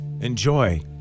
enjoy